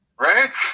Right